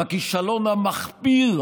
בכישלון המחפיר,